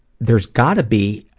there's gotta be,